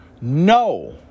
No